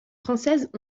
françaises